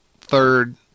third